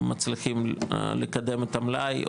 שמצליחים לקדם את המלאי,